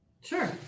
Sure